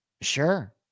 Sure